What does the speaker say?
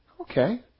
Okay